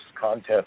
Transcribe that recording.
contest